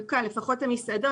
לפחות המסעדות,